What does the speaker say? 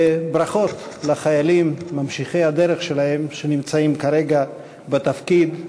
ברכות לחיילים ממשיכי הדרך שלהם שנמצאים כרגע בתפקיד,